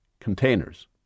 containers